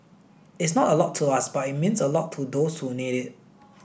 it's not a lot to us but it means a lot to those who need it